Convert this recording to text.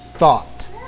thought